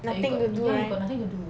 nothing to do right